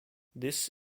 this